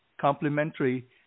complementary